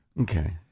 Okay